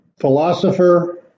philosopher